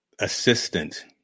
assistant